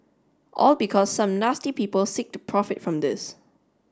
all because some nasty people seek to profit from this